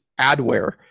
adware